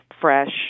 fresh